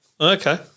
Okay